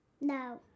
No